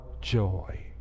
joy